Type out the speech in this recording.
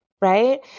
right